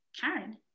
karen